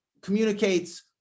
communicates